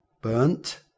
burnt